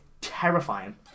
terrifying